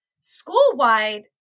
school-wide